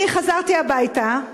אני חזרתי הביתה,